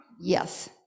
Yes